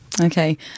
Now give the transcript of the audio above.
Okay